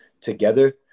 together